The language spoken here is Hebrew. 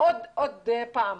עוד פעם?